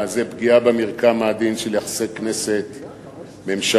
זו פגיעה במרקם העדין של יחסי כנסת ממשלה,